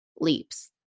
leaps